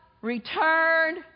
returned